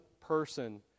person